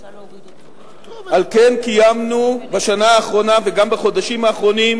על כן קיימנו בשנה האחרונה וגם בחודשים האחרונים